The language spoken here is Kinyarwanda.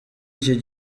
iki